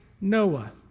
Noah